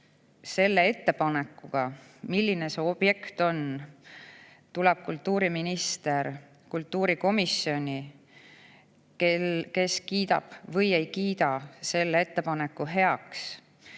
selle ettepanekuga, milline see objekt on, tuleb kultuuriminister kultuurikomisjoni, kes kiidab või ei kiida selle ettepaneku heaks.